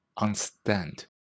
understand